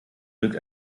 genügt